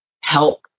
help